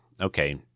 okay